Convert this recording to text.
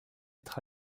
être